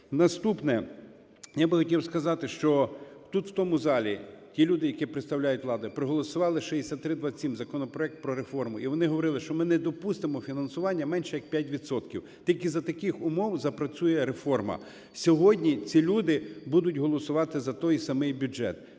Наступне. Я би хотів сказати, що тут, в тому залі, ті люди, які представляють владу і проголосували 6327 – законопроект про реформи, і вони говорили, що ми не допустимо фінансування менше як 5 відсотків, тільки за таких умов запрацює реформа, сьогодні ці люди будуть голосувати за той самий бюджет.